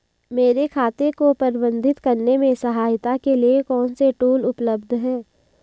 मेरे खाते को प्रबंधित करने में सहायता के लिए कौन से टूल उपलब्ध हैं?